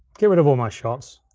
get rid of all my shots.